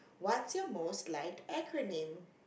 what's your most liked acronym